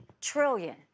trillion